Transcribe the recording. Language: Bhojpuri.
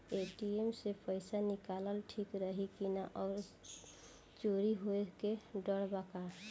ए.टी.एम से पईसा निकालल ठीक रही की ना और चोरी होये के डर बा का?